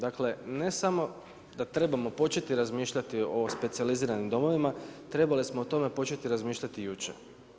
Dakle, ne samo da trebamo početi razmišljati o specijaliziranim domovima, trebali smo o tome početi razmišljati jučer.